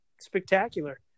spectacular